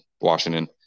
Washington